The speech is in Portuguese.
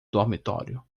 dormitório